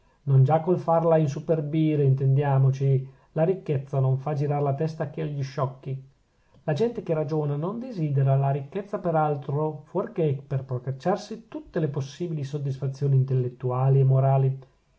non già col farla insuperbire intendiamoci la ricchezza non fa girar la testa che agli sciocchi la gente che ragiona non desidera la ricchezza per altro fuorchè per procacciarsi tutte le possibili soddisfazioni intellettuali e morali